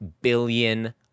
billion